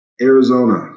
Arizona